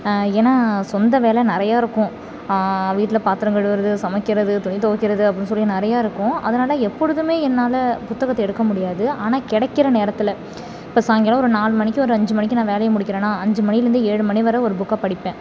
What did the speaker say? ஏனால் சொந்த வேலை நிறையா இருக்கும் வீட்டில் பாத்திரம் கழுவுவது சமைக்கிறது துணி துவைக்கிறது அப்படினு சொல்லி நிறையா இருக்கும் அதனாலே எப்பொழுதுமே என்னால் புத்தகத்தை எடுக்க முடியாது ஆனால் கிடைக்கிற நேரத்தில் இப்போ சாய்ங்காலோம் ஒரு நாலு மணிக்கு ஒரு அஞ்சு மணிக்கு நான் வேலையை முடிக்கிறதுனா அஞ்சு மணியிலிருந்து ஏழு மணி வரை ஒரு புக்கை படிப்பேன்